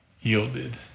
yielded